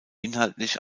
inhaltlich